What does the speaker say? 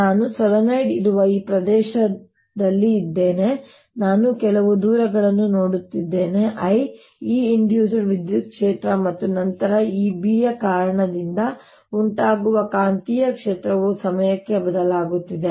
ನಾನು ಸೊಲೆನಾಯ್ಡ್ ಇರುವ ಈ ಪ್ರದೇಶದಲ್ಲಿ ಇದ್ದೇನೆ ನಾನು ಕೆಲವು ದೂರಗಳನ್ನು ನೋಡುತ್ತಿದ್ದೇನೆ l Einduced ವಿದ್ಯುತ್ ಕ್ಷೇತ್ರ ಮತ್ತು ನಂತರ ಈ B ಯ ಕಾರಣದಿಂದ ಉಂಟಾಗುವ ಕಾಂತೀಯ ಕ್ಷೇತ್ರವು ಸಮಯಕ್ಕೆ ಬದಲಾಗುತ್ತಿದೆ